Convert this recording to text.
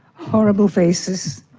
horrible faces,